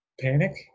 panic